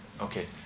Okay